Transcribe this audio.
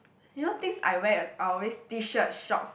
you know things I wear are always T-shirt shorts